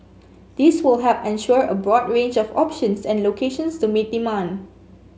this will help ensure a broad range of options and locations to meet demand